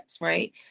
Right